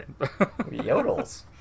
yodels